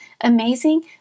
amazing